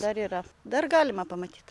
dar yra dar galima pamatyt